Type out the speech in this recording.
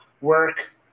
work